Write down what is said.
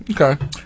Okay